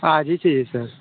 आज ही चाहिए सर